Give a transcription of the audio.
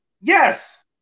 Yes